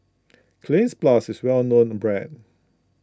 Cleanz Plus is a well known brand